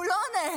הוא לא עונה.